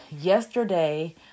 Yesterday